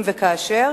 אם וכאשר.